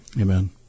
Amen